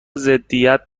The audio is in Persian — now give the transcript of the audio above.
ضدیت